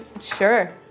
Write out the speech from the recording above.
Sure